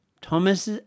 Thomas